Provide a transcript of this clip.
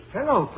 Hello